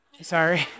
sorry